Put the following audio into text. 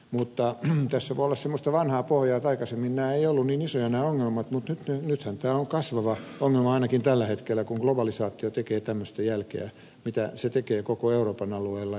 mutta tässä voi olla semmoista vanhaa pohjaa että aikaisemmin nämä eivät olleet niin isoja nämä ongelmat mutta nythän tämä on kasvava ongelma ainakin tällä hetkellä kun globalisaatio tekee tämmöistä jälkeä mitä se tekee koko euroopan alueella